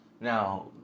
now